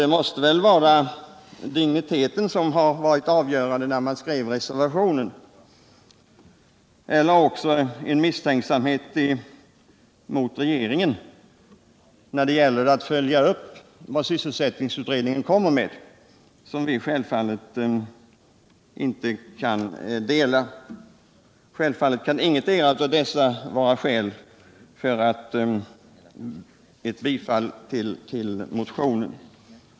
Det måste ha varit digniteten som varit avgörande när man skrev reservationen, eller också var det en misstänksamhet mot regeringen när det gäller att följa upp vad sysselsättningsutredningen kommer med, som vi självfallet inte kan dela. Detta kan naturligtvis inte vara skäl för ett bifall till motionen.